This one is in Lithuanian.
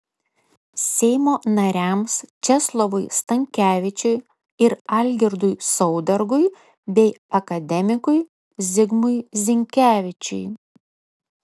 seimo nariams česlovui stankevičiui ir algirdui saudargui bei akademikui zigmui zinkevičiui